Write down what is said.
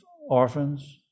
orphans